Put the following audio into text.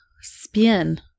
spin